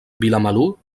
vilamalur